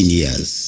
years